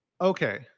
okay